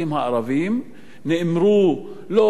נאמרו לא על-ידי הדיוטות,